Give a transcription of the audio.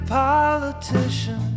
politician